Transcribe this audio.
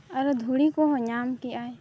ᱟᱨ ᱫᱷᱩᱲᱤ ᱠᱚᱦᱚᱸ ᱧᱟᱢ ᱠᱮᱫᱟᱭ